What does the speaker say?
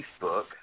Facebook